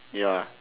ya